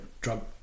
drug